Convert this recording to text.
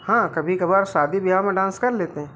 हाँ कभी कभार शादी ब्याह में डांस कर लेते हैं